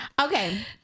Okay